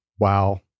Wow